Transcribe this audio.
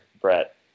Brett